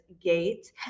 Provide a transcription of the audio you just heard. Gate